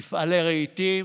מפעלי רהיטים.